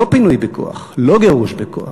לא פינוי בכוח, לא גירוש בכוח.